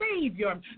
savior